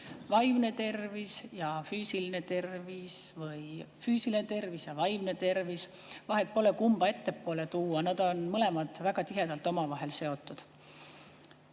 Vaimne tervis ja füüsiline tervis või füüsiline tervis ja vaimne tervis – vahet pole, kumba ettepoole tuua, on mõlemad väga tihedalt omavahel seotud.